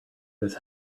this